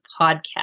podcast